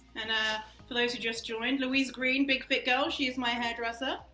and ah for those who just joined, louise green, big fit girl, she is my hairdresser.